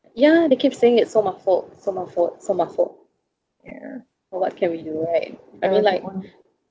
ya they keep saying it's so muffled so muffled so muffled but what can we do right I mean like